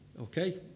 Okay